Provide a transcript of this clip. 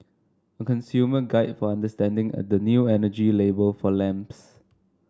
a consumer guide for understanding at the new energy label for lamps